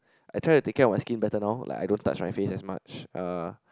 I try to take care of my skin better now like I don't touch my face as much uh